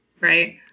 Right